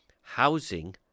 housing